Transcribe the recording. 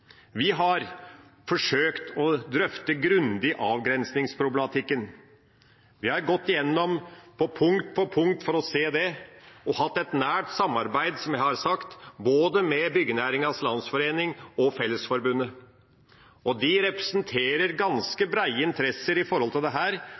Vi har forsøkt å drøfte avgrensningsproblematikken grundig. Vi har gått igjennom punkt for punkt for å se på det og har hatt et nært samarbeid – som jeg har sagt – med både Byggenæringens Landsforening og Fellesforbundet. De representerer ganske